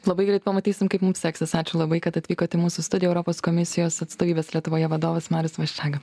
labai greit pamatysim kaip mums seksis ačiū labai kad atvykot į mūsų studiją europos komisijos atstovybės lietuvoje vadovas marius vaščega